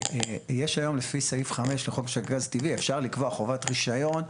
יש היום לפי סעיף 5 לחוק של גז טבעי אפשר לקבוע חובת רישיון.